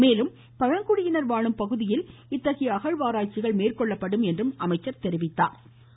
மேலும் பழங்குடியினர் வாழும் பகுதியில் இத்தகைய அகழ்வாராய்ச்சிகள் மேற்கொள்ளப்படும் என்றும் அவர் கூறினார்